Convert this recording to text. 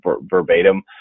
verbatim